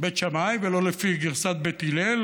בית שמאי ולא לפי גרסת בית הלל,